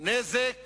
נזק